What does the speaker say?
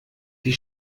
die